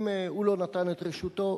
אם הוא לא נתן את רשותו,